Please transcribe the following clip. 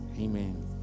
Amen